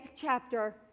chapter